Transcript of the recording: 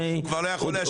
כשהוא כבר לא יכול להשפיע.